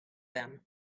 them